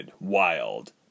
wild